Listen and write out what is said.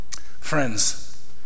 Friends